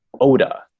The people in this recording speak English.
Oda